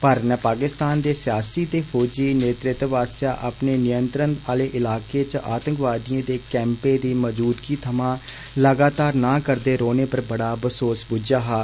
भारत ने पाकिस्तान दे सियासी ते फौजी नेतृत्व आसेआ अपने नियंत्रण आले इलाकें च आतंकवादिएं दे कैम्पें दी मौजूदगी थमां लगातार न करदे रौहने पर बड़ा बसोस बुझेआ हा